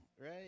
right